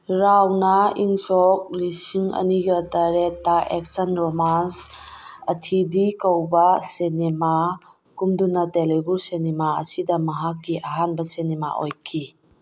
ꯔꯥꯎꯅ ꯏꯪ ꯁꯣꯛ ꯂꯤꯁꯤꯡ ꯑꯅꯤꯒ ꯇꯔꯦꯠꯇ ꯑꯦꯛꯁꯟ ꯔꯣꯃꯥꯟꯁ ꯑꯊꯤꯗꯤ ꯀꯧꯕ ꯁꯤꯅꯦꯃꯥ ꯀꯨꯝꯗꯨꯅ ꯇꯦꯂꯤꯒꯨ ꯁꯤꯅꯦꯃꯥ ꯑꯁꯤꯗ ꯃꯍꯥꯛꯀꯤ ꯑꯍꯥꯟꯕ ꯁꯤꯅꯦꯃꯥ ꯑꯣꯏꯈꯤ